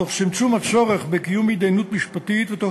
תוך צמצום הצורך בהתדיינות משפטית ותוך